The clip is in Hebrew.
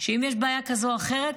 שאם יש בעיה כזאת או אחרת,